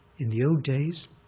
in the old days,